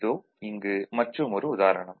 இதோ இங்கு மற்றுமொரு உதாரணம்